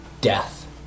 death